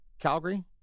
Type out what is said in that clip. Calgary